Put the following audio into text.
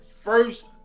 first